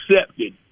accepted